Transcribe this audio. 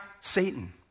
Satan